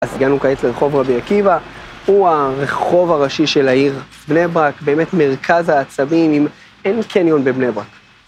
אז הגענו כעת לרחוב רבי עקיבא, הוא הרחוב הראשי של העיר בני ברק, באמת מרכז העצבים אם אין קניון בבני ברק.